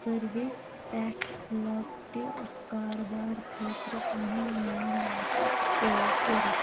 service پٮ۪ٹھ لۄکٹہِ کارٕبارٕ خٲطرٕ پَنُن لون واپس پے کٔرِتھ